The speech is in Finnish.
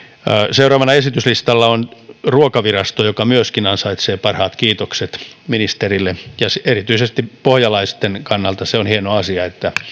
seuraavana esityslistalla on ruokavirasto joka myöskin ansaitsee parhaat kiitokset ministerille ja erityisesti pohjalaisten kannalta se on hieno asia että